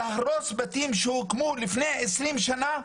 להרוס בתים שהוקמו לפני עשרים שנה,